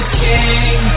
king